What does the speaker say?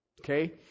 Okay